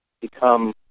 become